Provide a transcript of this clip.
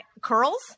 curls